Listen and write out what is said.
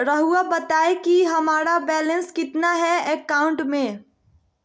रहुआ बताएं कि हमारा बैलेंस कितना है अकाउंट में?